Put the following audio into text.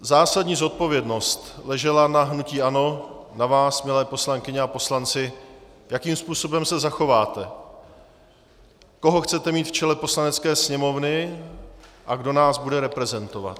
Zásadní zodpovědnost ležela na hnutí ANO, na vás, milé poslankyně a poslanci, jakým způsobem se zachováte, koho chcete mít v čele Poslanecké sněmovny a kdo nás bude reprezentovat.